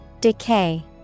Decay